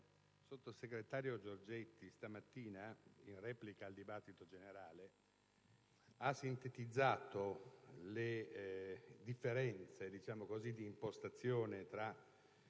sottosegretario Giorgetti stamattina, in replica alla discussione generale, ha sintetizzato le differenze di impostazione tra